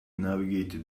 navigated